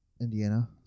Indiana